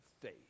faith